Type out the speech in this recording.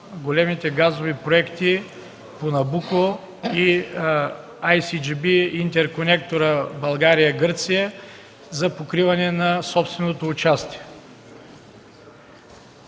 големите газови проекти „Набуко” и „IGB”, интерконектора „България – Гърция” за покриване на собственото участие.